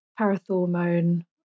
parathormone